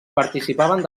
participaven